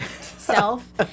self